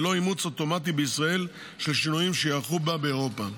ללא אימוץ אוטומטי בישראל של שינויים שייערכו בה באירופה.